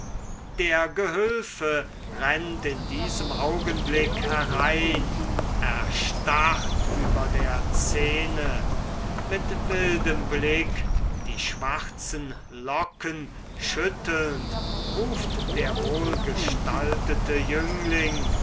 der gehülfe rennt in diesem augenblick herein erstarrt über der szene mit wildem blick die schwarzen locken schüttelnd ruft der wohlgestaltete jüngling